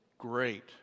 great